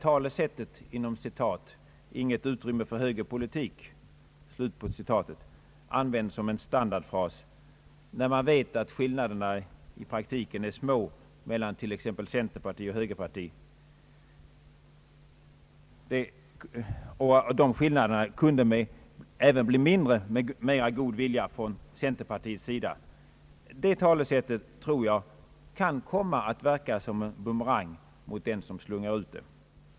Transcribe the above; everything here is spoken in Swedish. Talesättet »inget utrymme för högerpolitik» används som en standardfras, fastän man vet att skillnaderna i praktiken är små mellan t.ex. centerpartiet och högerpartiet och att de kunde bli ännu mindre med mer av god vilja från centerpartiets sida. Jag tror att det talesättet kan komma att verka som en bumerang mot den som slungar ut det.